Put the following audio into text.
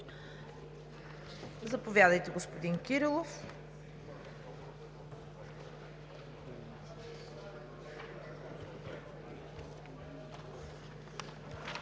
Заповядайте, господин Кирилов.